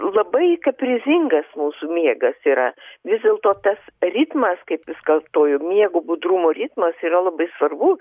labai kaprizingas mūsų miegas yra vis dėlto tas ritmas kaip vis kartoju miego budrumo ritmas yra labai svarbu